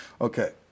Okay